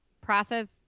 process